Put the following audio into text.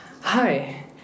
hi